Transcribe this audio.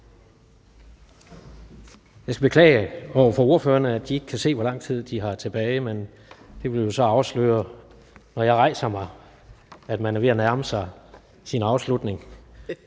Jeg skal beklage over for ordførerne, at de ikke kan se, hvor lang taletid de har tilbage, men det kan jo afsløres, ved at jeg rejser mig, at man er ved at nærme sig afslutningen